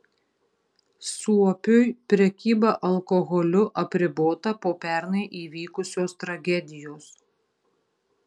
suopiui prekyba alkoholiu apribota po pernai įvykusios tragedijos